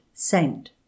saint